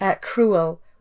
cruel